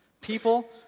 People